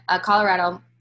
Colorado